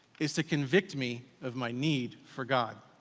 is to convict me of my need for god.